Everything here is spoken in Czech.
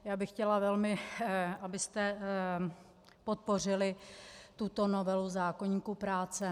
Já bych chtěla velmi, abyste podpořili tuto novelu zákoníku práce.